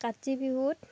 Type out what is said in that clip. কাতি বিহুত